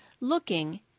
looking